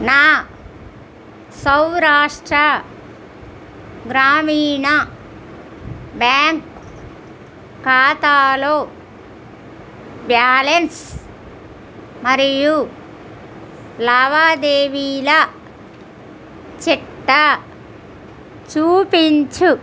నా సౌరాష్ట్ర గ్రామీణ బ్యాంక్ ఖాతాలో బ్యాలన్స్ మరియు లావాదేవీల చిట్టా చూపించు